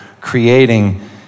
creating